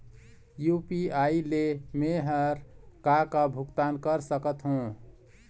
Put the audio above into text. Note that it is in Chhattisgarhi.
यू.पी.आई ले मे हर का का भुगतान कर सकत हो?